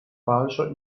falscher